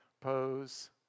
pose